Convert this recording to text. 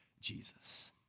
Jesus